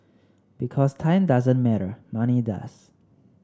because time doesn't matter money does